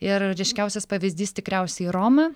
ir ryškiausias pavyzdys tikriausiai roma